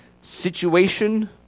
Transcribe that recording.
situation